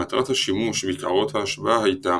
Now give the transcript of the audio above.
מטרת השימוש בקערות ההשבעה הייתה,